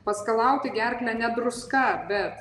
paskalauti gerklę ne druska bet